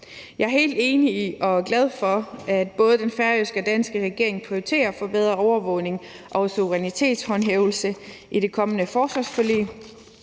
Jeg er helt enig i og glad for, at både den færøske og den danske regering prioriterer forbedret overvågning og suverænitetshåndhævelse i det kommende forsvarsforlig.